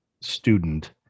student